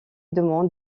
demande